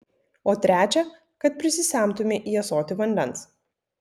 o trečią kad prisisemtumei į ąsotį vandens